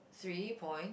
three point